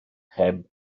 heb